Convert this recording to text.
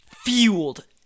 Fueled